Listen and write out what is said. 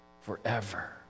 forever